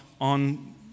on